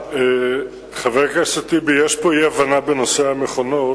חבר הכנסת טיבי, יש פה אי-הבנה בנושא המכונות.